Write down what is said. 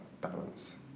balance